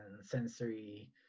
sensory